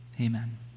Amen